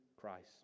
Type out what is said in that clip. Christ